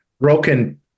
broken